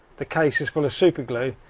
the case is full of superglue,